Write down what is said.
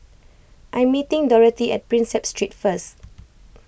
I'm meeting Dorathy at Prinsep Street first